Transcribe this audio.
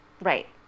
Right